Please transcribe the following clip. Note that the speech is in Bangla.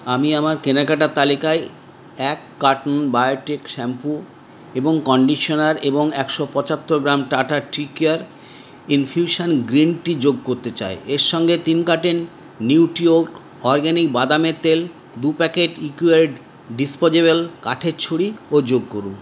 আমি আমার কেনাকাটার তালিকায় এক কার্টন বায়োটিক শ্যাম্পু এবং কন্ডিশনার এবং একশো পঁচাত্তর gram Tata tea care infusion green tea যোগ করতে চাই এর সঙ্গে তিন কার্টন নিউট্রিওর্গ অরগ্যানিক বাদামের তেল দুই প্যাকেট ইকোওয়ের ডিস্পোজেবেল কাঠের ছুরিও যোগ করুন